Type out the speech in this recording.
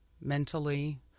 mentally